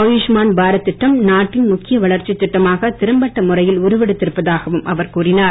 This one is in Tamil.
ஆயுஷ்மான் பாரத் திட்டம் நாட்டின் முக்கிய வளர்ச்சி திட்டமாக திறம்பட்ட முறையில் உருவெடுத்து இருப்பதாகவும் அவர் கூறினார்